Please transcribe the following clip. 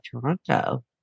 Toronto